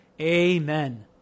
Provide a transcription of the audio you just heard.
Amen